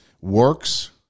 works